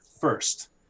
first